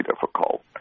difficult